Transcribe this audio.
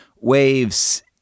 waves